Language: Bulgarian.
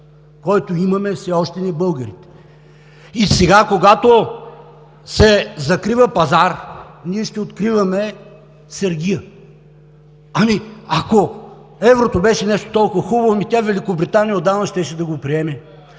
който имаме все още ние българите? И сега, когато се закрива пазар, ние ще откриваме сергия. Ами ако еврото беше нещо толкова хубаво, Великобритания отдавна щеше да го приеме,